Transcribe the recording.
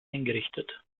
eingerichtet